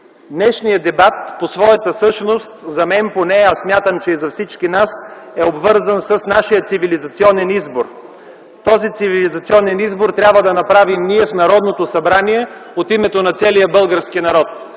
Днешният дебат по своята същност за мен поне, а смятам и за всички нас, е обвързан с нашия цивилизационен избор. Този цивилизационен избор трябва да направим ние в Народното събрание от името на целия български народ,